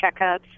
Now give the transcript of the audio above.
checkups